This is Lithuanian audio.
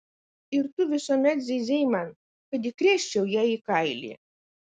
ir tu visuomet zyzei man kad įkrėsčiau jai į kailį